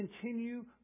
continue